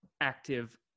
active